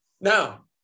Now